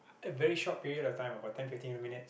it very short period of time about ten fifteen minutes